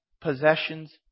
possessions